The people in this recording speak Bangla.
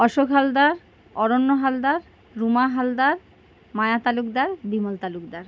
অশোক হালদার অরণ্য হালদার রুমা হালদার মায়া তালুকদার বিমল তালুকদার